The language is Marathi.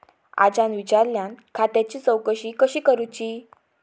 आज्यान विचारल्यान खात्याची चौकशी कशी करुची?